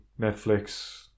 Netflix